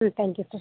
thank you sir